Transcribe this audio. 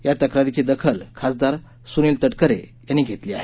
या तक्रारीची दखल खासदार सुनील तटकरे यांनी घेतली आहे